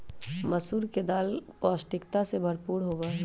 मसूर के दाल पौष्टिकता से भरपूर होबा हई